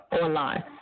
online